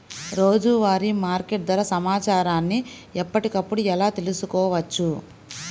రోజువారీ మార్కెట్ ధర సమాచారాన్ని ఎప్పటికప్పుడు ఎలా తెలుసుకోవచ్చు?